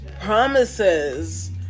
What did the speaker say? promises